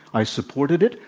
i supported it.